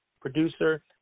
producer